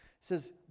says